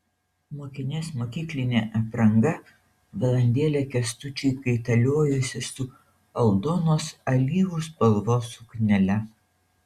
mokinės mokyklinė apranga valandėlę kęstučiui kaitaliojosi su aldonos alyvų spalvos suknele